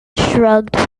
shrugged